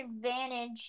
advantage